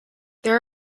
there